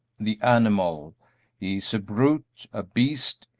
the animal he is a brute, a beast,